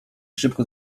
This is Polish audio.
szybko